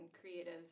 creative